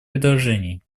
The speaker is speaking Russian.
предложений